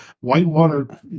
whitewater